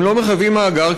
הם לא מחייבים מאגר,